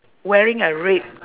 wearing a red